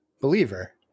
believer